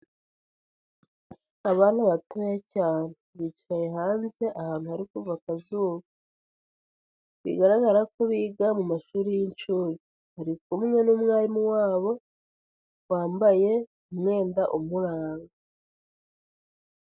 Abana batoya cyane bicaye hanze ahantu kuva akazuba, bigaragara ko biga mu mashuri y'inshuke, bari kumwe n'umwarimu wabo, wambaye umwenda umuranga.